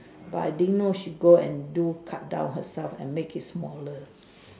but I didn't know she go and do cut down herself and make it smaller